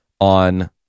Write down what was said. on